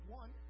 one